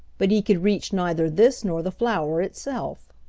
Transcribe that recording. but he could reach neither this nor the flour itself.